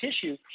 tissue